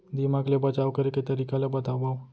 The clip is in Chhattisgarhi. दीमक ले बचाव करे के तरीका ला बतावव?